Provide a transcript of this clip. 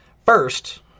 first